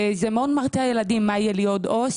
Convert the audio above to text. זה מאוד מרתיע ילדים, מה, יהיה לי עוד עו"ס?